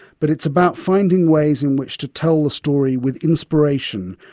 but it's about finding ways in which to tell the story with inspiration,